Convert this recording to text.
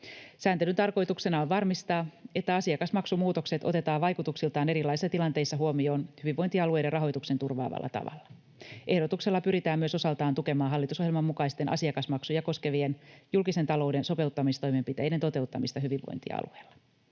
Sääntelyn tarkoituksena on varmistaa, että asiakasmaksumuutokset otetaan vaikutuksiltaan erilaisissa tilanteissa huomioon hyvinvointialueiden rahoituksen turvaavalla tavalla. Ehdotuksella pyritään myös osaltaan tukemaan hallitusohjelman mukaisten asiakasmaksuja koskevien julkisen talouden sopeuttamistoimenpiteiden toteuttamista hyvinvointialueella.